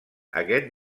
aquest